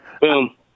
Boom